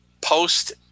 post